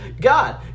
God